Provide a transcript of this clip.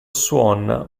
swan